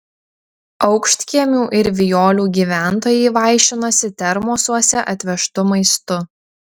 aukštkiemių ir vijolių gyventojai vaišinosi termosuose atvežtu maistu